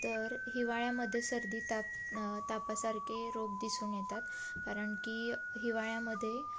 तर हिवाळ्यामध्ये सर्दी ताप न तापासारखे रोग दिसून येतात कारण की हिवाळ्यामध्ये